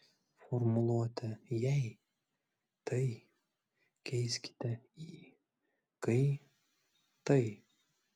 formuluotę jei tai keiskite į kai tai